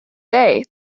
day